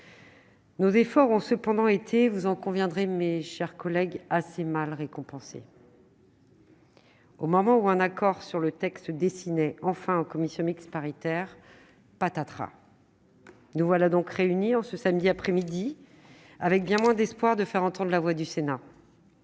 Nos efforts auront pourtant été, vous en conviendrez, mes chers collègues, bien mal récompensés, car, au moment où un accord sur le texte se dessinait enfin en commission mixte paritaire, patatras ! Nous voilà donc réunis en ce samedi après-midi, avec bien moins d'espoir de faire entendre la voix du Sénat.